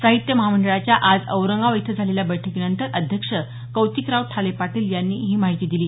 साहित्य महामंडळाच्या आज औरंगाबाद इथं झालेल्या बैठकीनंतर अध्यक्ष कौतिकराव ठाले पाटील यांनी ही माहिती दिली